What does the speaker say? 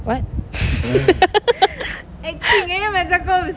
what